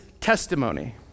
testimony